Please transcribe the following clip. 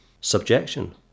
subjection